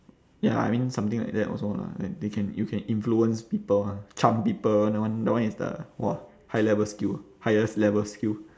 ya I mean something like that also lah that they can you can influence people mah charm people that one that one is the !wah! high level skill highest level skill